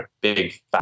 big